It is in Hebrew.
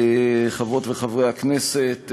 חברות וחברי הכנסת,